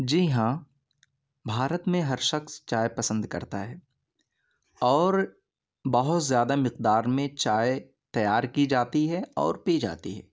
جی ہاں بھارت میں ہر شخص چائے پسند کرتا ہے اور بہت زیادہ مقدار میں چائے تیار کی جاتی ہے اور پی جاتی ہے